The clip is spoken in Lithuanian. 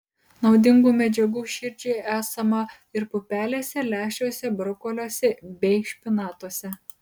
naudingų medžiagų širdžiai esama ir pupelėse lęšiuose brokoliuose bei špinatuose